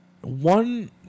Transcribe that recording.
One